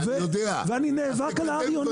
ואני נאבק על הר יונה.